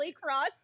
cross